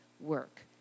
work